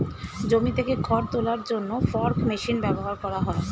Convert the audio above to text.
জমি থেকে খড় তোলার জন্য ফর্ক মেশিন ব্যবহার করা হয়